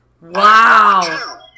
Wow